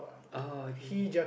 uh okay okay